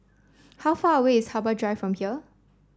how far away is Harbor Drive from here